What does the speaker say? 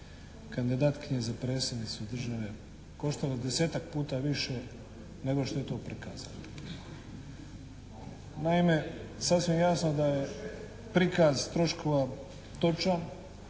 kandidatkinje za predsjednicu države koštala desetak puta više nego što je to prikazano. Naime, sasvim je jasno da je prikaz troškova točan